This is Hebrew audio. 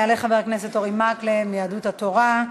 יעלה חבר הכנסת אורי מקלב מיהדות התורה,